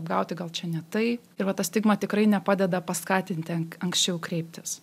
apgauti gal čia ne tai tai va ta stigma tikrai nepadeda paskatinti ank anksčiau kreiptis